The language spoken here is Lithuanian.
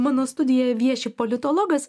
mano studijoje vieši politologas